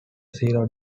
zero